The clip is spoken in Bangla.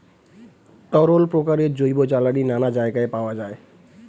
তরল প্রকারের জৈব জ্বালানি নানা জায়গায় পাওয়া যায়